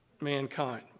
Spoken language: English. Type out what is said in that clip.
mankind